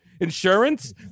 insurance